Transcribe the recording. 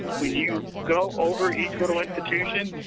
when you go over each little institution,